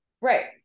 right